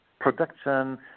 production